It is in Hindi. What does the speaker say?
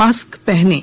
मास्क पहनें